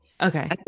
Okay